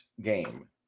game